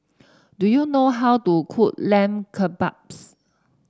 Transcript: do you know how to cook Lamb Kebabs